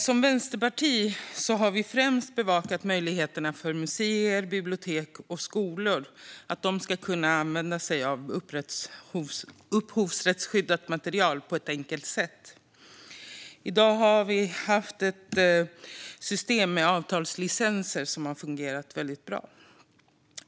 Som vänsterparti har vi främst bevakat möjligheterna för museer, bibliotek och skolor att använda sig av upphovsrättsskyddat material på ett enkelt sätt. I dag har vi ett system med avtalslicenser som har fungerat väldigt bra.